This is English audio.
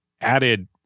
added